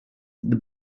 the